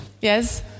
yes